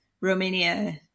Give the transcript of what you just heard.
Romania